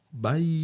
Bye